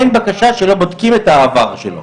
אין בקשה שלא בודקים את העבר שלו.